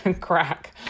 crack